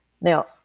Now